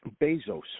Bezos